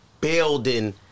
building